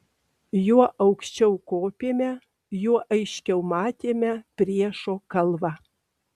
juo aukščiau kopėme juo aiškiau matėme priešo kalvą